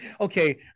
Okay